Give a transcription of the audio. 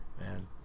Man